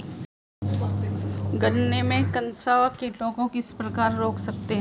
गन्ने में कंसुआ कीटों को किस प्रकार रोक सकते हैं?